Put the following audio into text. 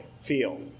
feel